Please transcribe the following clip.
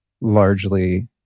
largely